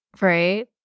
Right